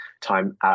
time